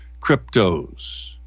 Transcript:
cryptos